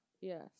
Yes